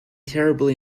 terribly